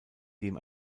dem